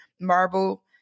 marble